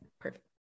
perfect